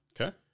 Okay